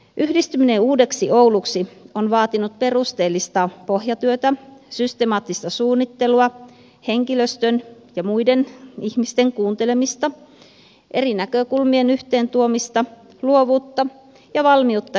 yhdistyminen uudeksi ouluksi on vaatinut perusteellista pohjatyötä systemaattista suunnittelua henkilöstön ja muiden ihmisten kuuntelemista eri näkökulmien yhteen tuomista luovuutta ja valmiutta neuvotella